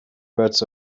parts